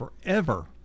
forever